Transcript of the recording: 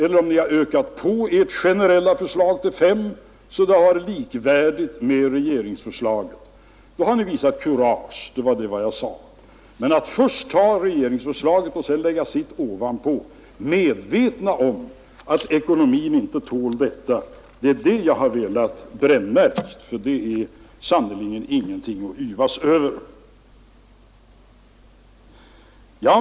Likaså om ni hade ökat på ert generella förslag till 5 miljarder så att det varit likvärdigt med regeringsförslaget. Då hade ni visat kurage. Nu tog ni först regeringsförslaget och lade sedan ert förslag ovanpå, medvetna om att ekonomin inte tålde detta, och det är det jag har velat brännmärka; det är sannerligen ingenting att yvas över.